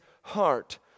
heart